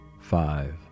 five